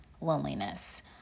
loneliness